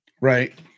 Right